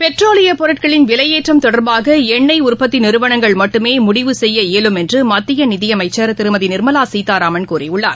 பெட்ரோலியப் பொருட்களின் விலையேற்றம் தொடர்பாக என்ணெய் உற்பத்தி நிறுவனங்கள் மட்டுமே முடிவு செய்ய இயலும் என்று மத்திய நிதியமைச்சர் திருமதி நிர்மலா சீதாராமன் கூறியுள்ளார்